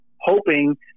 hoping